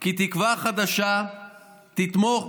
כי תקווה חדשה תתמוך,